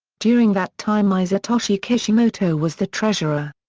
during that time masatoshi kishimoto was the treasurer.